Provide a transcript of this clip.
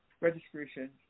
registration